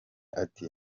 ati